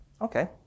Okay